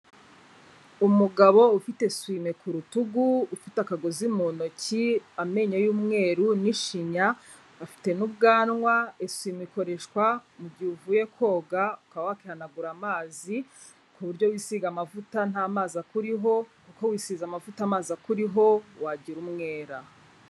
Umugabo ufite esuwime ku rutugu ufite akagozi mu ntoki, amenyo y'mweru n'ishinya, afite n'ubwanwa, esuwime ikoreshwa mu gihe uvuye koga ukaba wakihanagura amazi ku buryo wisiga amavuta nta mazi akuriho, kuko wisize amavuta amazi akuriho wagira umwera.